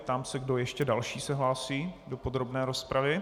Ptám se, kdo ještě další se hlásí do podrobné rozpravy.